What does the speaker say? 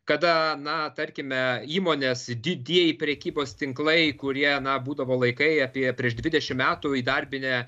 kada na tarkime įmonės didieji prekybos tinklai kurie na būdavo laikai apie prieš dvidešim metų įdarbinę